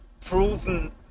proven